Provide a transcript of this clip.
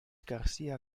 garcía